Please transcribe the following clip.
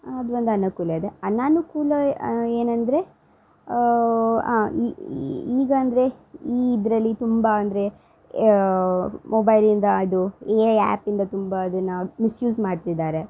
ಅದು ಒಂದು ಅನುಕೂಲ ಇದೆ ಅನಾನುಕೂಲ ಏನಂದರೆ ಈಗ ಅಂದರೆ ಈ ಇದರಲ್ಲಿ ತುಂಬ ಅಂದರೆ ಮೊಬೈಲಿಂದ ಅದು ಎ ಐ ಆ್ಯಪಿಂದ ತುಂಬ ಅದನ್ನು ಮಿಸ್ ಯೂಸ್ ಮಾಡ್ತಿದಾರೆ